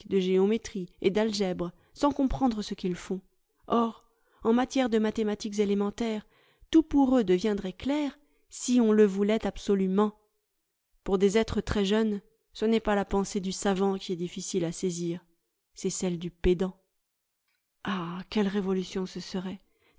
de géométrie et d'algèbre sans comprendre ce qu'ils font or en matière de mathématiques élémentaires tout pour eux deviendrait clair si on le voulait absolument pour des êtres très jeunes ce n'est pas la pensée du savant qui est difficile à saisir c'est celle du pédant ah quelle révolution ce serait